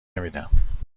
نمیدم